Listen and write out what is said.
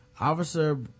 Officer